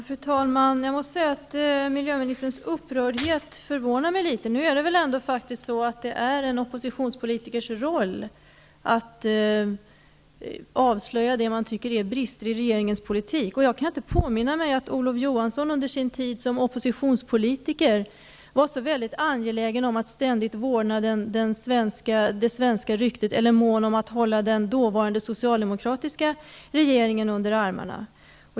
Fru talman! Jag måste säga att miljöministerns upprördhet förvånar mig litet. Det är faktiskt en oppositionspolitikers roll att avslöja det man tycker är brister i regeringens politik. Jag kan inte påminna mig att Olof Johansson under sin tid som oppositionspolitiker var så angelägen om att ständigt vårda det svenska ryktet eller mån om att hålla den dåvarande socialdemokratiska regeringen under armarna.